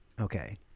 Okay